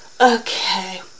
Okay